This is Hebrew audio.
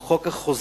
או חוק החוזים